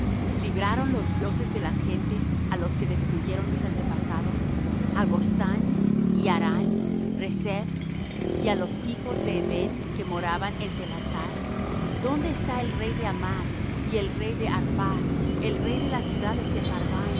libraron los dioses de las gentes á los que destruyeron mis antepasados á gozán y harán rezeph y á los hijos de edén que moraban en thelasar dónde está el rey de amath y el rey de arphad el rey de la ciudad de